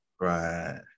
right